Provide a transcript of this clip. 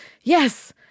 Yes